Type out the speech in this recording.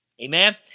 Amen